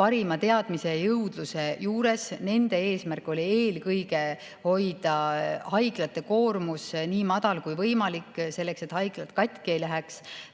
parima teadmise ja jõudluse juures. Nende eesmärk oli eelkõige hoida haiglate koormus nii madal kui võimalik, selleks et haiglad katki ei läheks.